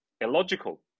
illogical